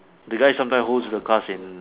that guy sometime holds the class in